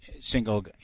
single